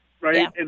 right